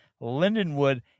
lindenwood